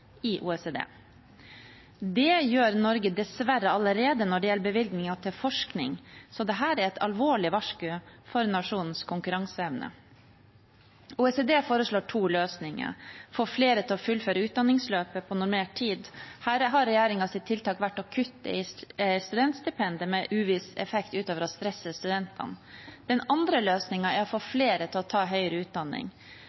i OECD. Det gjør Norge dessverre allerede når det gjelder bevilgninger til forskning, så dette er et alvorlig varsku for nasjonens konkurranseevne. OECD foreslår to løsninger. Den ene er å få flere til å fullføre utdanningsløpet på normert tid. Her har regjeringens tiltak vært å kutte i studentstipendet, med uviss effekt ut over å stresse studentene. Den andre løsningen er å få